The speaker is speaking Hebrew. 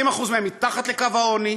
20% מהם מתחת לקו העוני,